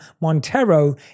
Montero